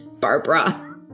Barbara